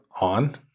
on